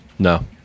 no